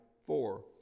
four